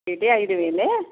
ఏంటి ఐదు వేలే